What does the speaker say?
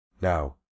Now